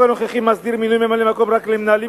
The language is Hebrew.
החוק הנוכחי מסדיר מינוי ממלאי-מקום רק למנהלים